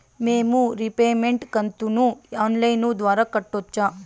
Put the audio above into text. మేము రీపేమెంట్ కంతును online ద్వారా కట్టొచ్చా